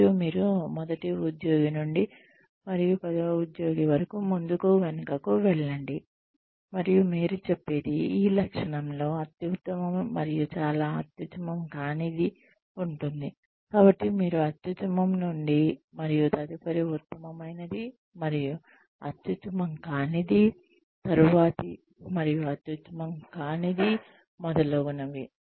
మరియు మీరు మొదటి ఉద్యోగి నుండి మరియు పదో ఉద్యోగి మధ్య ముందుకు వెనుకకు వెళ్లండి మరియు మీరు చెప్పేది ఈ లక్షణంలో అత్యుత్తమం మరియు చాలా అత్యుత్తమం కానిది ఉంటుంది కాబట్టి మీరు అత్యుత్తమం చెప్పండి మరియు తదుపరి ఉత్తమమైనది మరియు అత్యుత్తమం కానిది తరువాతి మరియు అత్యుత్తమం కానిది మొదలైనవి